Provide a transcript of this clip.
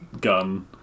gun